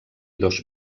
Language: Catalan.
dos